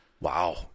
Wow